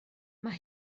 mae